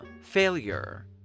failure